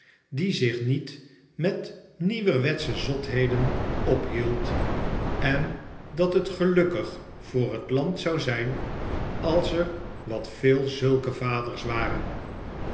die zich niet met nieuwerwetsche zotheden ophield en dat het gelukkig voor het land zou zijn als er wat veel zulke vaders waren